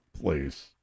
please